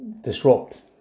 disrupt